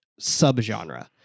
subgenre